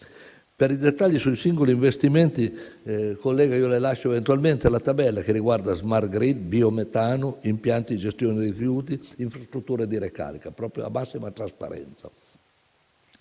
Per i dettagli sui singoli investimenti, collega, le lascio eventualmente la tabella che riguarda *smart grid*, biometano, impianti di gestione dei rifiuti, infrastrutture di ricarica: ciò proprio per la massima trasparenza.